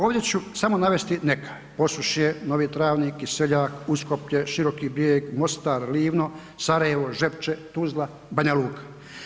Ovdje ću samo navesti neka Posušje, Novi Travnik, Kiseljak, Uskoplje, Široki Brijeg, Mostar, Livno, Sarajevo, Žepče, Tuzla, Banja Luka.